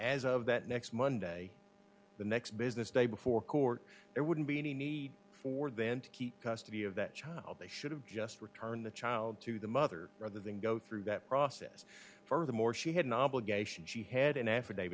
as of that next monday the next business day before court there wouldn't be any need for them to keep custody of that child they should have just returned the child to the mother rather than go through that process furthermore she had an obligation she had an a